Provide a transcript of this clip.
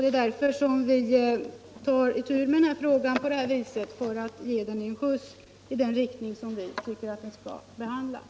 Det är därför som vi tar itu med frågan för att ge den en skjuts i riktning mot det sätt på vilket vi tycker att den skall behandlas.